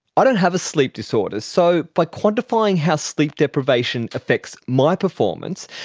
i don't have a sleep disorder, so by quantifying how sleep deprivation affects my performance,